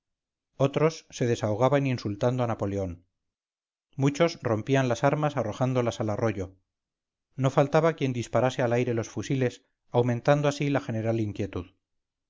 otros se desahogaban insultando a napoleón muchos rompían las armas arrojándolas al arroyo no faltaba quien disparase al aire los fusiles aumentando así la general inquietud